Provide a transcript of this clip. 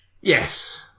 Yes